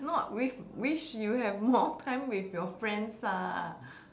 not wish wish you have more time with your friends ah